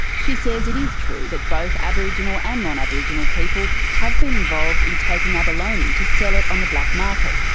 she says it is true that both aboriginal and non-aboriginal people have been involved in taking abalone to sell it on the black market.